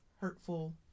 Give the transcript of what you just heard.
hurtful